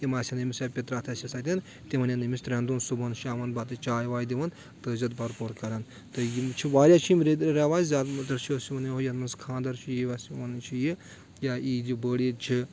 یِم آسَن أمِس یا پِتراتھہِ آسؠس اتؠن تِم اَنٮ۪ن أمِس ترٛؠن دۄہن صبُحن شامن بتہٕ چاے واے دِوان تعزِیت برپور کران تہٕ یِم چھِ واریاہ چھِ یِم رؠواج زیادٕ چھِ أسۍ یِوان یَتھ منٛز خاندر چھُ یہِ آسہِ وَن چھِ یہِ عیٖد چھِ بٔڑ عیٖد چھِ